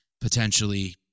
potentially